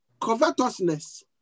covetousness